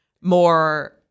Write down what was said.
more